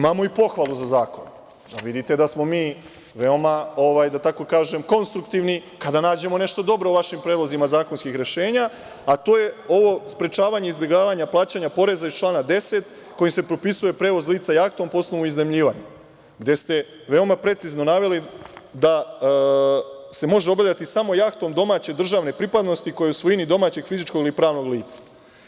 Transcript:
Dakle, imamo i pohvalu za zakon, da vidite da smo mi veoma, da tako kažem konstruktivni kada nađemo nešto dobro u vašim predlozima zakonskih rešenja, a to je ovo sprečavanje izbegavanja plaćanja poreza iz člana 10. kojim se propisuje prevoz lica jahtom, posebno iznajmljivanje, gde ste veoma precizno naveli da se može obavljati samo jahtom domaće državne pripadnosti koja je u svojini domaćeg, fizičkog ili pravnog lica.